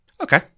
Okay